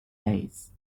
days